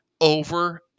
over